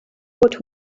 would